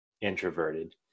introverted